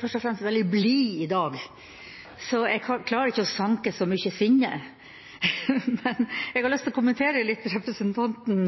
først og fremst veldig blid i dag, så jeg klarer ikke å sanke så mye sinne, men jeg har lyst til å kommentere litt representanten